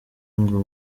ngo